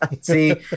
See